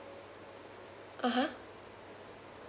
uh (huh)